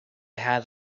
had